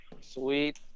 sweet